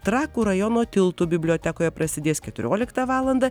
trakų rajono tiltų bibliotekoje prasidės keturioliktą valandą